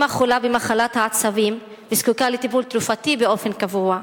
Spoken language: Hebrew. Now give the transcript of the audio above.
אמה חולה במחלת העצבים וזקוקה לטיפול תרופתי באופן קבוע.